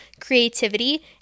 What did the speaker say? creativity